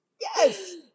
yes